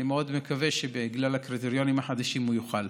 אני מקווה מאוד שבגלל הקריטריונים החדשים הוא יוכל.